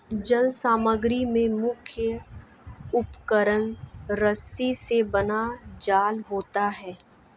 जल समग्री में मुख्य उपकरण रस्सी से बना जाल होता है